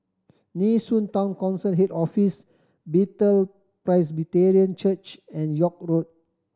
Nee Soon Town Council Head Office Bethel Presbyterian Church and York Road